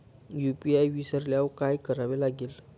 UPI विसरल्यावर काय करावे लागेल?